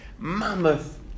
Mammoth